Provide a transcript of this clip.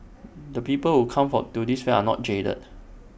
the people who come for to this fair are not jaded